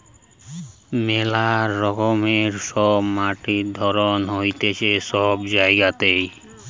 মেলা রকমের সব মাটির ধরণ হতিছে সব জায়গাতে